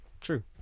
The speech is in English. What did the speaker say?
True